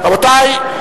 רבותי,